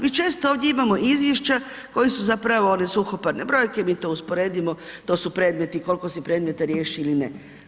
Mi često ovdje imam izvješća koju su zapravo one suhoparne brojke, mi to usporedimo, to su predmeti koliko se predmeta riješi ili ne.